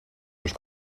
los